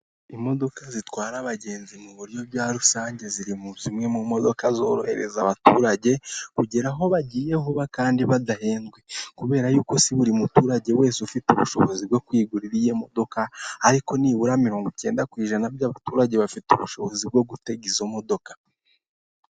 I Kanombe mu karere ka Kicukiro, mu mujyi wa Kigali urahabona inzu ikodeshwa ku mafaranga ibihumbi magana atatu mirongo itanu by'amanyarwanda buri kwezi, ifite ibyumba bitatu byo kuraramo n'ibindi bibiri by'ubwogero.